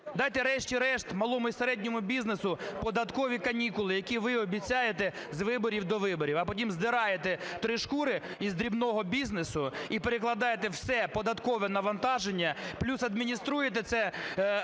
Дайте врешті-решт малому і середньому бізнесу податкові канікули, які ви обіцяєте з виборів до виборів, а потім здираєте три шкури із дрібного бізнесу і перекладаєте все податкове навантаження плюс адмініструєте це, ламаючи